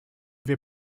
wir